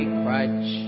crutch